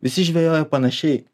visi žvejojo panašiai